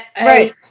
Right